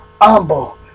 humble